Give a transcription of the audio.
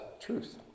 truth